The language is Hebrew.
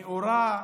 נאורה,